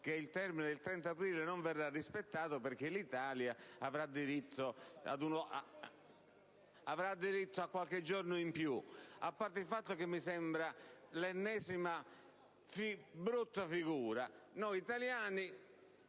che il termine del 30 aprile potrà non essere rispettato perché l'Italia avrà diritto a qualche giorno in più. Mi sembra l'ennesima brutta figura: noi italiani